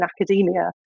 academia